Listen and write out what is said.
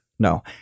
No